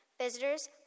Visitors